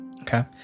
Okay